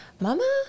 mama